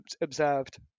observed